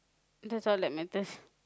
that's all that matters